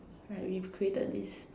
like we've created this